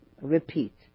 repeat